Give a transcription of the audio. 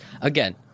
again